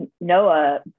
Noah